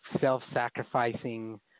self-sacrificing